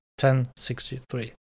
1063